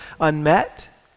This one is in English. unmet